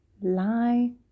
lie